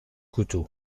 couteau